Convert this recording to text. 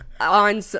on